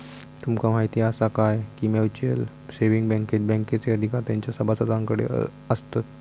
तुमका म्हायती आसा काय, की म्युच्युअल सेविंग बँकेत बँकेचे अधिकार तेंच्या सभासदांकडे आसतत